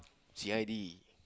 C_I_D